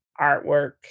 artwork